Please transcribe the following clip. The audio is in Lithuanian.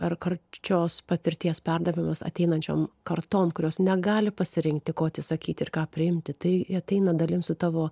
ar karčios patirties perdavimas ateinančiom kartom kurios negali pasirinkti ko atsisakyti ir ką priimti tai ateina dalim su tavo